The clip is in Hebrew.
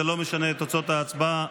זה לא משנה את תוצאות ההצבעה,